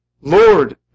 Lord